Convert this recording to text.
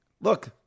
look